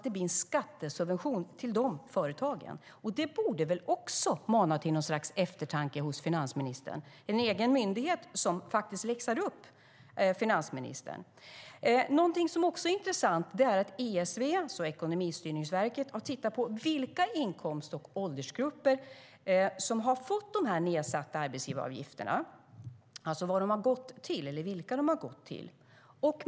Det blir en skattesubvention till de företagen. Det borde väl också mana till något slags eftertanke hos finansministern. Det är regeringens egen myndighet som faktiskt läxar upp finansministern. Något som också är intressant är att ESV, Ekonomistyrningsverket, har tittat på vilka inkomst och åldersgrupper som har fått de nedsatta arbetsgivaravgifterna, vilka de har gått till.